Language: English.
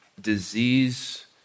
disease